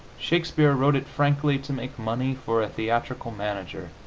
shakespeare wrote it frankly to make money for a theatrical manager